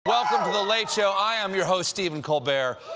welcome to the late show. i am your host, stephen colbert.